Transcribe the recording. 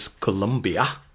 Colombia